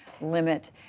limit